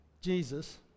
Jesus